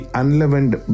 unleavened